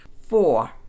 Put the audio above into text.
Four